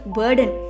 burden